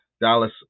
Dallas